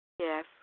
Yes